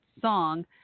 song